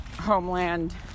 homeland